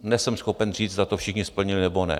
Nejsem schopen říct, zda to všichni splnili, nebo ne.